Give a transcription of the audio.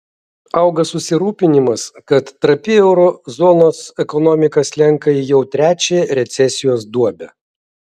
auga susirūpinimas kad trapi euro zonos ekonomika slenka į jau trečiąją recesijos duobę